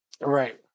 Right